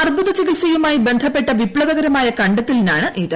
അർബുദ ചികിത്സയുമായി ബന്ധപ്പെട്ട വിപ്ലവകരമായ ക ത്തലിനാണിത്